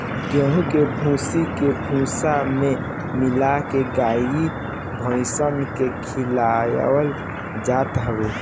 गेंहू के भूसी के भूसा में मिला के गाई भाईस के खियावल जात हवे